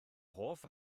hoff